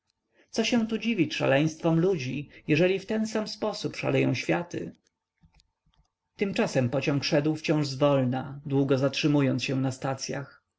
co się tu dziwić szaleństwom ludzi jeżeli w ten sam sposób szaleją światy tymczasem pociąg szedł wciąż zwolna długo zatrzymując się na stacyach